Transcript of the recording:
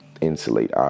insulate